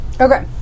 Okay